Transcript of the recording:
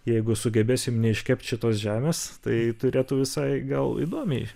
jeigu sugebėsim neiškepti šitos žemės tai turėtų visai gal įdomiai